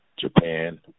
Japan